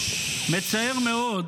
מצער מאוד